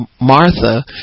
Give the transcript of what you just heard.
Martha